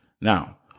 now